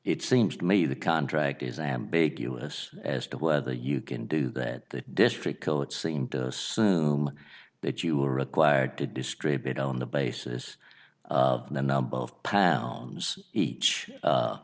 it seems to me the contract is ambiguous as to whether you can do that district codes seem to assume that you are required to distribute on the basis of the number of pounds each